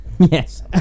yes